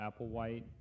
Applewhite